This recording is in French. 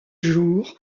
jour